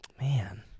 man